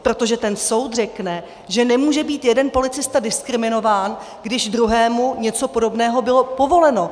Protože ten soud řekne, že nemůže být jeden policista diskriminován, když druhému něco podobného bylo povoleno.